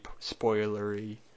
spoilery